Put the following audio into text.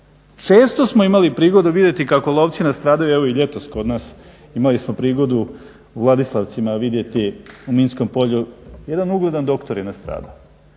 Često smo imali prigodu vidjeti kako lovci nastradaju, evo i ljetos kod nas imali smo prigodu u Ladislavcima vidjeti u minskom polju jedan ugledan doktor je nastradao.